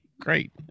great